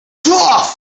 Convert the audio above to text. tough